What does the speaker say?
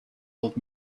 old